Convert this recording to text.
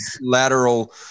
lateral